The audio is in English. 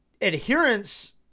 Adherence